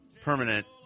permanent